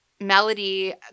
Melody